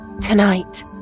Tonight